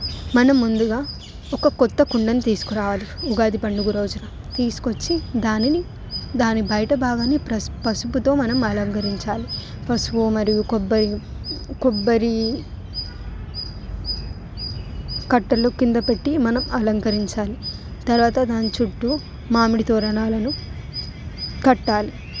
మనం ముందుగా ఒక కొత్త కుండను తీసుకురావాలి ఉగాది పండుగ రోజున తీసుకొచ్చి దానిని దాన్ని బయట భాగాన్ని పసు పసుపుతో మనం అలంకరించాలి పసుపు మరియు కొబ్బరి కొబ్బరి కట్టెలు కింద పెట్టి మనం అలంకరించాలి తర్వాత దాని చుట్టు మామిడి తోరణాలను కట్టాలి